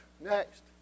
next